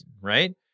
right